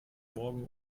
morgen